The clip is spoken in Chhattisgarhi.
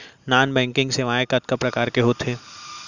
नॉन बैंकिंग सेवाएं कतका प्रकार के होथे